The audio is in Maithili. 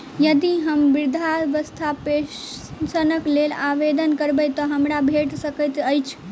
यदि हम वृद्धावस्था पेंशनक लेल आवेदन करबै तऽ हमरा भेट सकैत अछि?